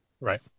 Right